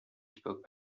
spoke